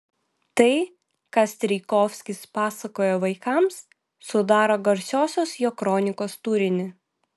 tai ką strijkovskis pasakojo vaikams sudaro garsiosios jo kronikos turinį